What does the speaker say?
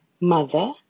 mother